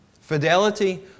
Fidelity